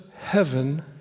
heaven